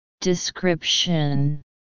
Description